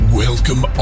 welcome